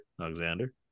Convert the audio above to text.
Alexander